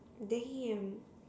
damn